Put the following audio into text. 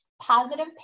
positive